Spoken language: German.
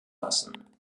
lassen